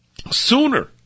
sooner